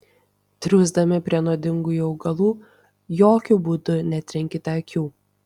triūsdami prie nuodingųjų augalų jokiu būdu netrinkite akių